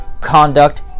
conduct